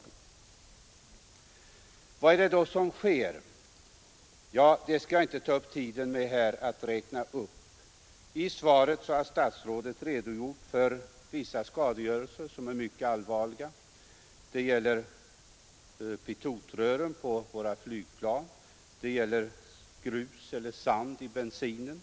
aktie Vad är det då som sker? Jag skall inte här ta upp tiden med att räkna = ÅA”8 sabotageverk: upp detta. I svaret har statsrådet redogjort för vissa skadegörelser som är samheten HAR mycket allvarliga. Det gäller pitotrören på våra flygplan, det gäller grus försvaret eller sand i bensinen.